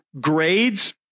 grades